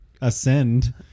ascend